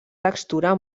textura